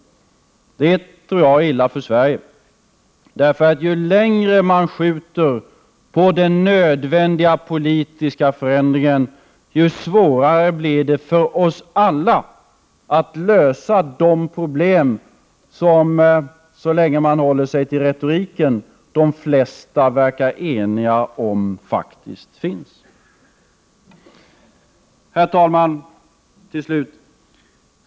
Det tror jag är illa för Sverige. Ju längre man skjuter på den nödvändiga politiska förändringen, desto svårare blir det nämligen för oss alla att lösa de problem som, så länge man håller sig till retoriken, de flesta verkar eniga om faktiskt finns. Så till slut, herr talman!